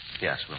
Yes